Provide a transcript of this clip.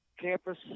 campus